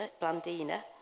Blandina